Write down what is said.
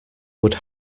would